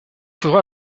faudra